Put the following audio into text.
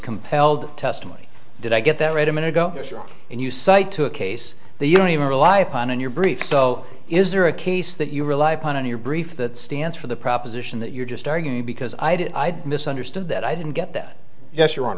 compelled testimony did i get that right a minute ago and you cite to a case that you don't even rely upon in your brief so is there a case that you rely upon in your brief that stands for the proposition that you're just arguing because i did i'd misunderstood that i didn't get that yes your hon